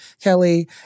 Kelly